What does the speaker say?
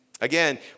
Again